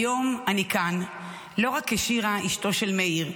היום אני כאן לא רק כשירה, אשתו של מאיר,